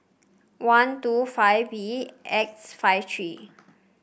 one two five B X five three